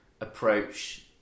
approach